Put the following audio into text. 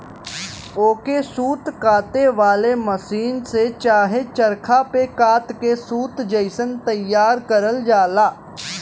ओके सूत काते वाले मसीन से चाहे चरखा पे कात के सूत जइसन तइयार करल जाला